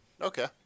Okay